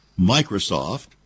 Microsoft